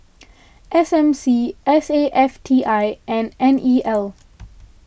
S M C S A F T I and N E L